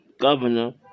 Governor